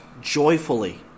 joyfully